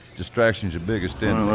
distraction's your biggest enemy.